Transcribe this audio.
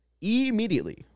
Immediately